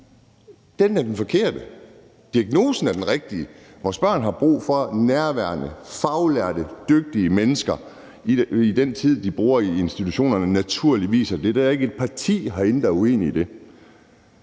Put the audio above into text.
er den forkerte. Diagnosen er den rigtige: Vores børn har brug for nærværende, faglærte, dygtige mennesker i den tid, de bruger i institutionerne. Naturligvis har de det. Der er ikke et parti herinde, der er uenig i det.